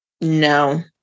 No